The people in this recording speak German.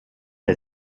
der